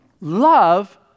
Love